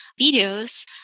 videos